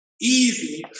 easy